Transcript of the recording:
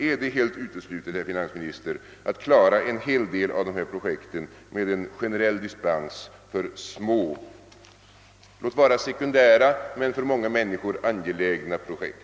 Är det helt uteslutet, herr finansminister, att klara en hel del av dessa projekt genom att bevilja en generell dispens för små, låt vara sekundära men för många människor angelägna projekt?